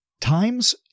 times